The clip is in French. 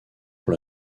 pour